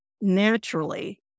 naturally